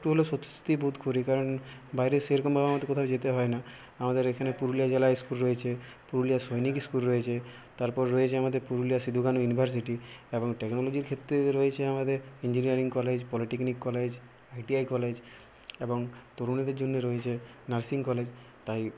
একটু হলেও সুস্থির বোধ করি কারণ বাইরে সেরকমভাবে আমাদের কোথাও যেতে হয় না আমাদের এখানে পুরুলিয়া জেলায় স্কুল রয়েছে পুরুলিয়া সৈনিক স্কুল রয়েছে তারপর রয়েছে আমাদের পুরুলিয়া সিধু কানু ইউনিভার্সিটি এবং টেকনোলজির ক্ষেত্রে রয়েছে আমাদের engineering college polytechnic college ITI college এবং তরুণীদের জন্যে রয়েছে নার্সিং কলেজ তাই